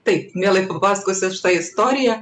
taip mielai papasakosiu aš tą istoriją